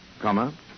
Comma